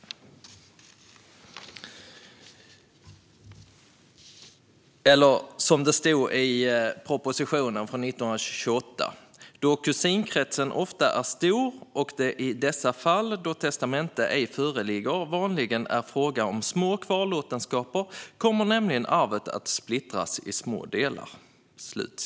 I propositionen från 1928 stod det: "Då kusinkretsen ofta är stor och det i dessa fall, då testamente ej föreligger, vanligen är fråga om små kvarlåtenskaper, kommer nämligen arvet att splittras i smådelar."